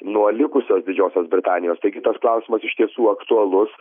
nuo likusios didžiosios britanijos taigi tas klausimas iš tiesų aktualus